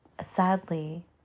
sadly